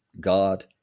God